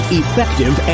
effective